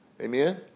Amen